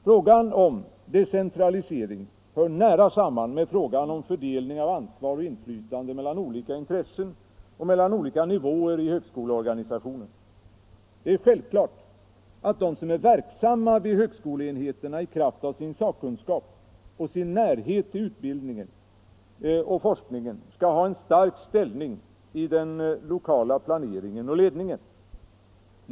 Frågan om decentralisering hör nära samman med frågan om fördelning av ansvar och inflytande mellan olika intressen och mellan olika nivåer i högskoleorganisationen. Det är självklart, att de som är verksamma vid högskoleenheterna i kraft av sin sakkunskap och sin närhet till utbildningen och forskningen skall ha en stark ställning i den lokala planeringen och ledningen.